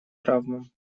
травмам